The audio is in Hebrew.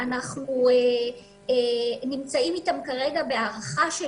אנחנו נמצאים אתם כרגע בהארכה של